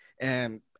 and-